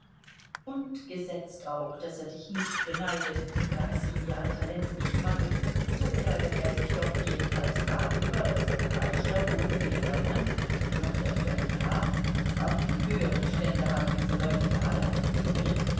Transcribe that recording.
und gesetzt auch daß er dich nicht beneidet da es ihm ja an talent nicht mangelt so ärgert er sich doch jedenfalls darüber daß ein reicher hoffähiger mann noch dazu ein graf auf die höheren stände haben diese leute ja alle einen ingrimm